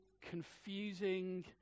confusing